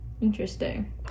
Interesting